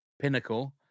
pinnacle